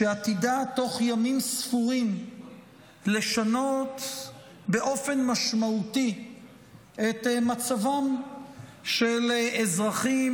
שעתידה תוך ימים ספורים לשנות באופן משמעותי את מצבם של אזרחים,